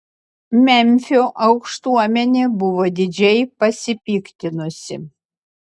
memfio aukštuomenė buvo didžiai pasipiktinusi